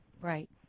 right